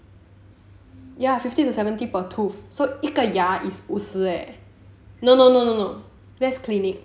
ya fifty to seventy per tooth so 一个牙 is 五十 eh no no no no no that's clinic